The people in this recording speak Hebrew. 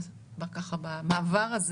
כמה פניות כאלה של גורמים להפעלה,